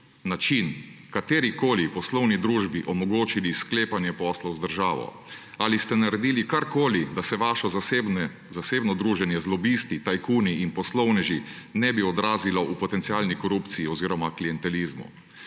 način katerikoli poslovni družbi omogočili sklepanje poslov z državo? Ali ste naredili karkoli, da se vaše zasebno druženje z lobisti, tajkuni in poslovneži ne bi odrazilo v potencialni korupciji oziroma klientelizmu?